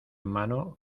mano